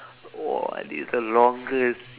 !wah! this the longest